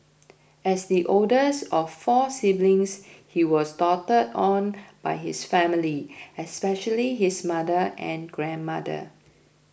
as the oldest of four siblings he was doted on by his family especially his mother and grandmother